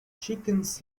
chickens